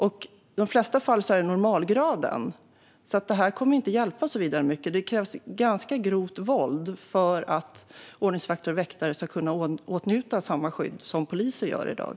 I de flesta fall handlar det om våld av normalgraden. Det här kommer alltså inte att hjälpa vidare mycket. Det krävs ganska grovt våld för att ordningsvakter och väktare ska få samma skydd som poliser har i dag.